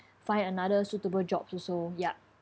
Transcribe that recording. find another suitable jobs also yup